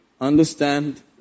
understand